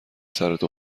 سرت